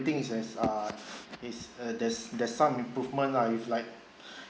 thing is as uh is a there's there's some improvement lah if like